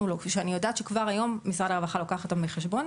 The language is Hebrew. אני ממשרד המשפטים.